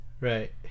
Right